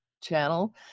channel